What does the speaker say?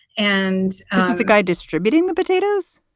and the guy distributing the potatoes?